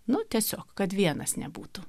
nu tiesiog kad vienas nebūtų